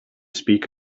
speak